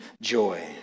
joy